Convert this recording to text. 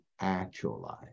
actualize